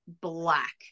black